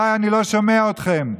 לסיים.